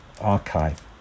archive